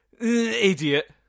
idiot